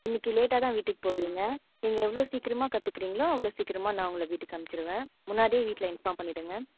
இன்னக்கு லேட்டாக தான் வீட்டுக்கு போவிங்க நீங்கள் எவ்வளோ சீக்கிரமாக கற்றுக்கிறிங்களோ அவ்வளோ சீக்கிரமாக நான் உங்களை வீட்டுக்கு அமிச்சுருவேன் முன்னாடியே வீட்டில் இன்ஃபார்ம் பண்ணிவிடுங்க